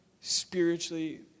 spiritually